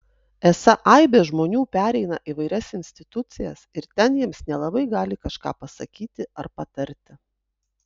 esą aibė žmonių pereina įvairias institucijas ir ten jiems nelabai gali kažką pasakyti ar patarti